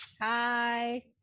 Hi